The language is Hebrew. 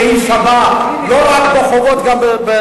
שהיא שווה לא רק בזכויות,